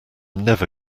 never